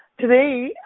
Today